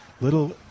little